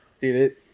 Dude